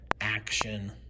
Action